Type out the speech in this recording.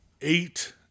eight